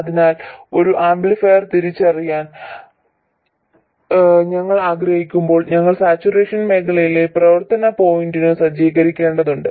അതിനാൽ ഒരു ആംപ്ലിഫയർ തിരിച്ചറിയാൻ ഞങ്ങൾ ആഗ്രഹിക്കുമ്പോൾ ഞങ്ങൾ സാച്ചുറേഷൻ മേഖലയിലെ പ്രവർത്തന പോയിന്റ് സജ്ജീകരിക്കേണ്ടതുണ്ട്